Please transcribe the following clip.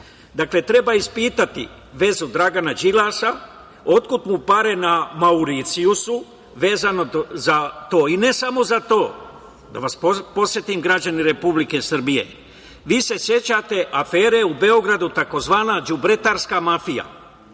sazivu. Dakle, treba ispitati vezu Dragana Đilasa otkud mu pare na Mauricijusu, vezano za to i ne samo za to, da vas podsetim građani Republike Srbije, vi se sećate afere u Beogradu tzv. đubretarska mafija.